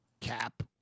Cap